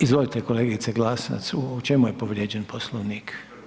Izvolite kolegice Glasovac u čemu je povrijeđen Poslovnik?